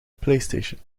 playstation